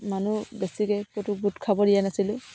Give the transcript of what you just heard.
মানুহ বেছিকে ক'তো গোট খাব দিয়া নাছিলোঁ